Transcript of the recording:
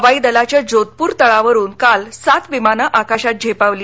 हवाई दलाच्या जोधपूर तळावरून काल सात विमानं आकाशात झेपावली